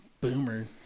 Boomer